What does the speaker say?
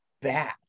bad